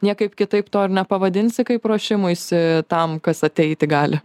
niekaip kitaip to ir nepavadinsi kaip ruošimuisi tam kas ateiti gali